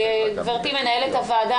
גברתי מנהלת הוועדה,